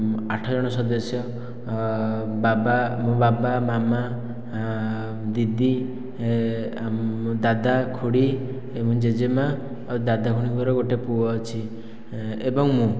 ଆଠ ଜଣ ସଦସ୍ୟ ବାବା ମୋ ବାବା ମାମା ଦିଦି ଦାଦା ଖୁଡି ଜେଜେମା ଆଉ ଦାଦା ଖୁଡି ଙ୍କର ଗୋଟିଏ ପୁଅ ଅଛି ଏବଂ ମୁଁ